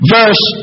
Verse